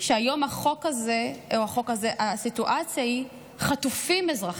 שהיום הסיטואציה היא חטופים אזרחים.